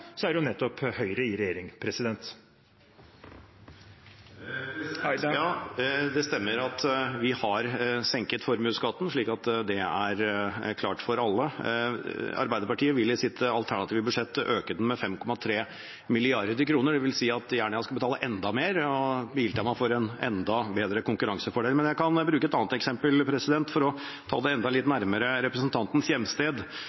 er det nettopp Høyre i regjering. Ja, det stemmer at vi har senket formuesskatten, slik at det er klart for alle. Arbeiderpartiet vil i sitt alternative budsjett øke den med 5,3 mrd. kr. Det vil si at Jernia skal betale enda mer, og Biltema får en enda bedre konkurransefordel. Men jeg kan bruke et annet eksempel for å ta det enda litt nærmere representantens hjemsted.